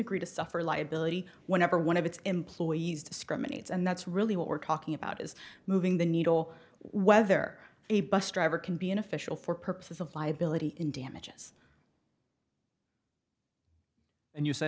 agree to suffer liability whenever one of its employees discriminates and that's really what we're talking about is moving the needle whether a bus driver can be an official for purposes of liability in damages and you say